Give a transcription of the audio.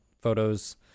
photos